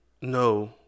No